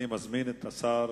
אני מזמין את השר